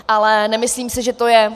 Ale nemyslím si, že to je...